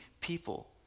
people